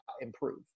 improve